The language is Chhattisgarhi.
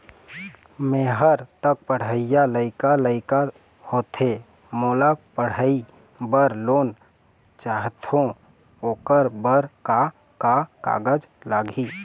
मेहर एक पढ़इया लइका लइका होथे मोला पढ़ई बर लोन चाहथों ओकर बर का का कागज लगही?